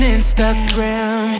Instagram